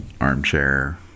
armchair